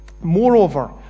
Moreover